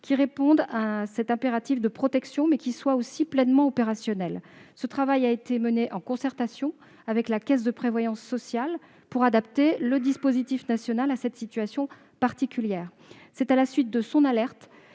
qui réponde à cet impératif de protection, mais qui soit aussi pleinement opérationnel. Ce travail a été mené en concertation avec la Caisse de prévoyance sociale, de manière à adapter le dispositif national à cette situation particulière. C'est à la suite de son alerte